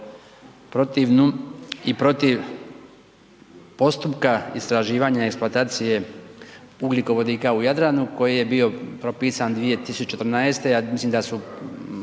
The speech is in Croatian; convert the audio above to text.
protiv postupka istraživanja eksploatacije ugljikovodika u Jadranu koji je bio propisan 2014.,